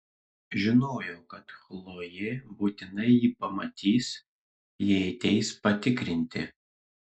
žinojo kad chlojė būtinai jį pamatys jei ateis patikrinti